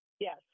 Yes